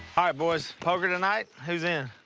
ah boys, poker tonight, who's in?